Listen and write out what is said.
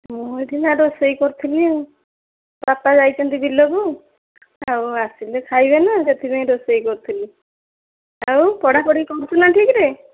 ମୁଁ ଏଇଠି ମା' ରୋଷେଇ କରୁଥିଲି ଆଉ ବାପା ଯାଇଛନ୍ତି ବିଲକୁ ଆଉ ଆସିଲେ ଖାଇବେ ନା ସେଥିଲାଗି ରୋଷେଇ କରୁଥିଲି ଆଉ ପଢ଼ାପଢ଼ି କରୁଛୁ ନା ଠିକ୍ରେ